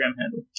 handle